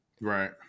Right